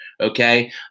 Okay